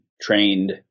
trained